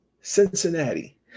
Cincinnati